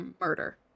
murder